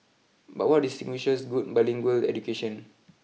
but what distinguishes good bilingual education